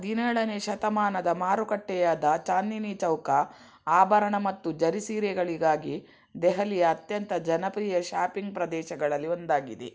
ಹದಿನೇಳನೆ ಶತಮಾನದ ಮಾರುಕಟ್ಟೆಯಾದ ಚಾಂದಿನಿ ಚೌಕ ಆಭರಣ ಮತ್ತು ಜರಿ ಸೀರೆಗಳಿಗಾಗಿ ದೆಹಲಿಯ ಅತ್ಯಂತ ಜನಪ್ರಿಯ ಶಾಪಿಂಗ್ ಪ್ರದೇಶಗಳಲ್ಲಿ ಒಂದಾಗಿದೆ